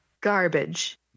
Garbage